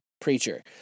preacher